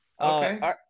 Okay